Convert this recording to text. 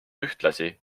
ühtlasi